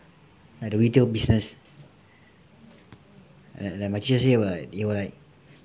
like the retail business like like my teacher say will like it will like